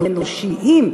אנושיים,